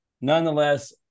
nonetheless